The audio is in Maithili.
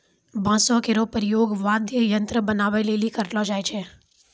बांसो केरो प्रयोग वाद्य यंत्र बनाबए लेलि करलो जाय छै